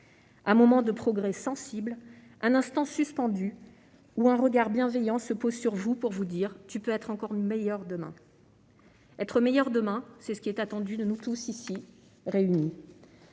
un moment de progrès sensible, un instant suspendu où un regard bienveillant se pose sur vous pour vous dire :« Tu peux être encore meilleur demain !» Être meilleur demain, c'est ce qui est attendu de nous tous, ici réunis.